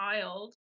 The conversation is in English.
child